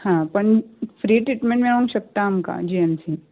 आं पण free treatment मेळूंक शकता आमकां जी एम सी